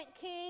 king